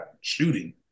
shooting